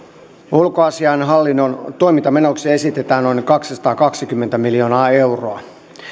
ulkoasiainhallinnon toimintamenoiksi esitetään noin kaksisataakaksikymmentä miljoonaa euroa